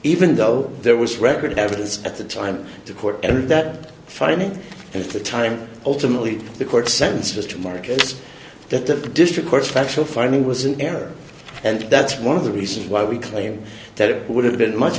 even though there was record evidence at the time the court entered that finding and at the time ultimately the court sentences to markets that the district court special finding was an error and that's one of the reasons why we claim that it would have been much